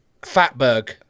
Fatberg